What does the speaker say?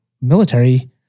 military